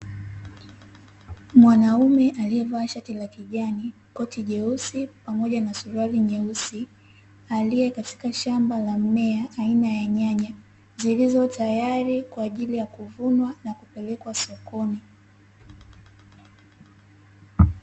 Mwanaume alievaa shati la kijani na koti jeusi pamoja na suruali nyeusi. Aliye katika shamba la mimea aina ya nyanya zilizotayari kwa ajili ya kuvunwa na kupelekwa sokoni.